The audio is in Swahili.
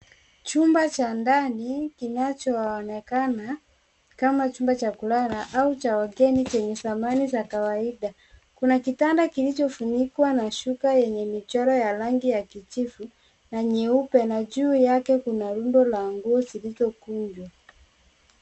Chumba cha ndani kinachoonekana kama chumba cha kulala au cha wageni chenye samani za kawaida. Kuna kitanda kilichofunikwa na shuka yenye michoro ya rangi ya kijivu na nyeupe na juu yake kuna rundo la nguo zilizokunjwa.